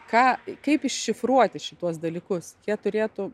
ką kaip iššifruoti šituos dalykus jie turėtų